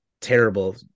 terrible